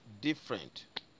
different